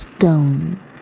Stone